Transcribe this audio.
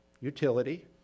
utility